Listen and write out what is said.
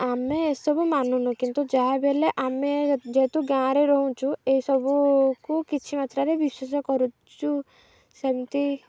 ଆମେ ଏସବୁ ମାନୁନୁ କିନ୍ତୁ ଯାହାବି ହେଲେ ଆମେ ଯେହେତୁ ଗାଁରେ ରହୁଛୁ ଏ ସବୁକୁ କିଛି ମାତ୍ରାରେ ବିଶ୍ଵାସ କରୁଛୁ ସେମିତି